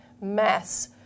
mass